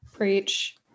Preach